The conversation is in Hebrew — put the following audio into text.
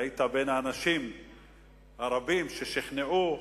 והיית בין האנשים הרבים ששכנעו